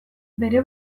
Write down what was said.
bere